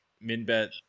min-bet